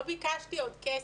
לא ביקשתי עוד כסף.